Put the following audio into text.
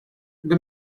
the